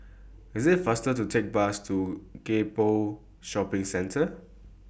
IT IS faster to Take The Bus to Gek Poh Shopping Center